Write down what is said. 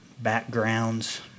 backgrounds